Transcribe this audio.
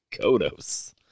Kodos